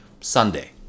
Sunday